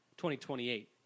2028